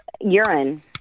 Urine